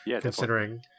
considering